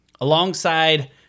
alongside